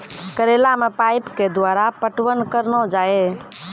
करेला मे पाइप के द्वारा पटवन करना जाए?